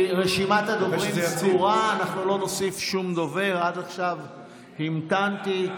עד עכשיו המתנתי.